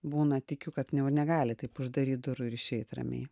būna tikiu kad negalit taip uždaryt durų ir išeit ramiai